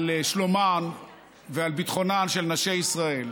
על שלומן ועל ביטחונן של נשי ישראל.